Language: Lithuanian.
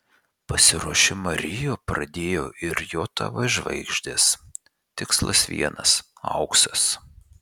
pasiruošimą rio pradėjo ir jav žvaigždės tikslas vienas auksas